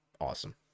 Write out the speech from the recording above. awesome